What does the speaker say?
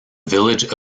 village